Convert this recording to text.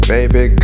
Baby